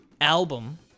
album